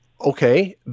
Okay